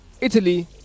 Italy